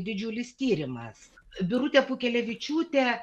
didžiulis tyrimas birutė pūkelevičiūtė